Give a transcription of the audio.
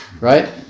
right